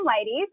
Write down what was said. ladies